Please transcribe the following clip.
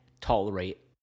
tolerate